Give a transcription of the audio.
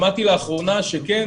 שמעתי לאחרונה שכן,